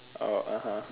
oh (uh huh)